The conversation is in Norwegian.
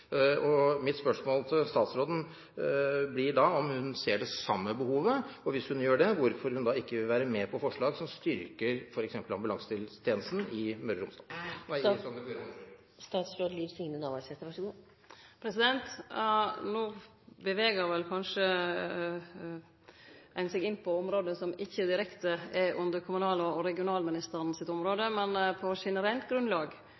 luftambulansen. Mitt spørsmål til statsråden blir da om hun ser det samme behovet. Hvis hun gjør det: Hvorfor vil hun ikke være med på forslag som styrker f.eks. ambulansetjenesten i Sogn og Fjordane? No beveger ein seg kanskje inn på område som ikkje er direkte under kommunal- og regionalministeren sitt område, men på generelt grunnlag